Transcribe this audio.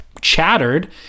chattered